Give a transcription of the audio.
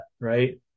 right